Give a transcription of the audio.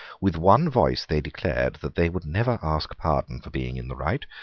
with one voice they declared that they would never ask pardon for being in the right,